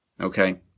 Okay